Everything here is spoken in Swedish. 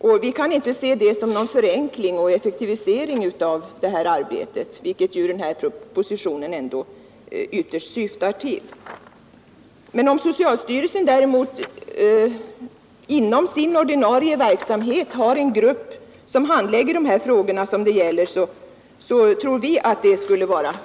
Och vi kan inte se det som någon förenkling och effektivisering av detta arbete, vilket ju propositionen ändå syftar till. Vi tror att det blir betydligt effektivare om socialstyrelsen inom sin ordinarie verksamhet har en grupp som handlägger de frågor det här gäller.